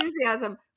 Enthusiasm